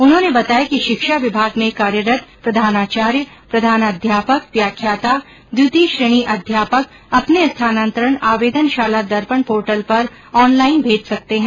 उन्होंने बताया कि शिक्षा विभाग में कार्यरत प्रधानाचार्य प्रधानाध्यापक व्याख्याता द्वितीय श्रेणी अध्यापक अपने स्थानान्तरण आवेदन शाला दर्पण पोर्टल पर ऑनलाइन भेज सकते हैं